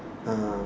(uh huh)